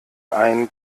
ein